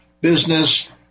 business